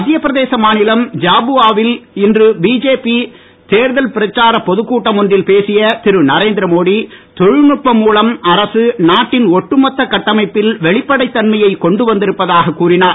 மத்திய பிரதேச மாநிலம் ஜாபுவா வில் இன்று பிஜேபி தேர்தல் பிரச்சார பொதுக் கூட்டம் ஒன்றில் பேசிய திரு நரேந்திரமோடி தொழில் நுட்பம் மூலம் அரசு நாட்டின் ஒட்டுமொத்த கட்டமைப்பில் வெளிப்படைத் தன்மையை கொண்டு வந்திருப்பதாக கூறினார்